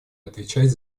отвечать